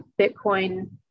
Bitcoin